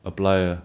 apply ah